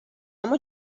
اما